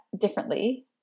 differently